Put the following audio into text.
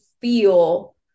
feel